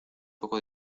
poco